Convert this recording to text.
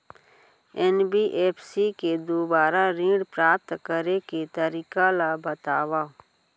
NBFC के दुवारा ऋण प्राप्त करे के तरीका ल बतावव?